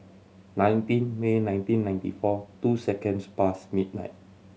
nineteen May nineteen ninety four two seconds past midnight